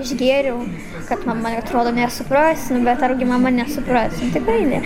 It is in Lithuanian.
išgėriau kad mama atrodo nesupras nu bet argi mama nesupras nu tikrai ne